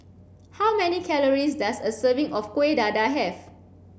how many calories does a serving of Kueh Dadar have